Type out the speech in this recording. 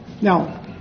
Now